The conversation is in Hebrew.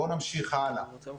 בואו נמשיך הלאה.